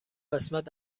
قسمت